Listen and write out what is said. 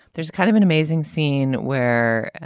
there's kind of an amazing scene where